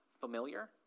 familiar